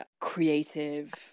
creative